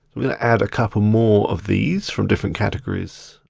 we're gonna add a couple more of these from different categories